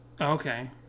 Okay